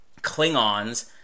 Klingons